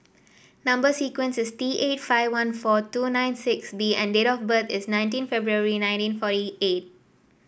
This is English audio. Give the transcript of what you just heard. number sequence is T eight five one four two nine six B and date of birth is nineteen February nineteen forty eight